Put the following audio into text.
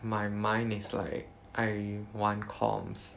my mind is like I want comms